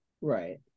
Right